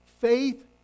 faith